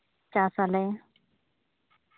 ᱪᱟᱥ ᱟᱞᱮ